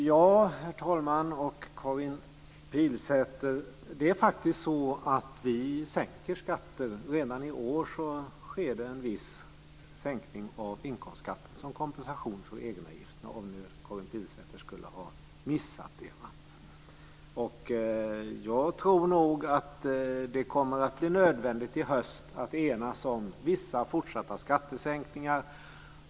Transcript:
Herr talman! Karin Pilsäter! Det är faktiskt så att vi sänker skatter. Redan i år sker det en viss sänkning av inkomstskatten som kompensation för egenavgifterna, om nu Karin Pilsäter skulle ha missat det. Jag tror nog att det kommer att bli nödvändigt i höst att enas om vissa fortsatta skattesänkningar.